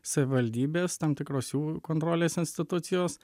savivaldybės tam tikros jų kontrolės institucijos